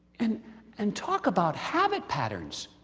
and and talk about habit patterns.